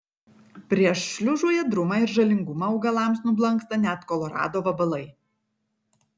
prieš šliužų ėdrumą ir žalingumą augalams nublanksta net kolorado vabalai